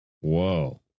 Whoa